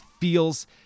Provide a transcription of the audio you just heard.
feels